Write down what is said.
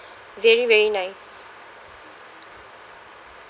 very very nice